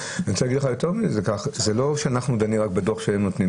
אני רוצה להגיד לך יותר מזה: זה לא שאנחנו דנים רק בדוח שהם נותנים.